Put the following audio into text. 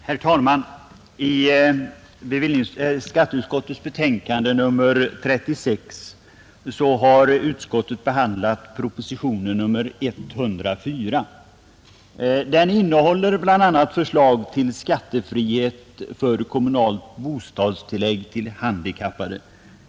Herr talman! I skatteutskottets betänkande behandlas proposition nr 104. Den innehåller bl.a. förslag om skattefrihet för kommunalt bostadstillägg till handikappade.